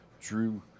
Drew